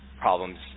problems